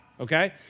okay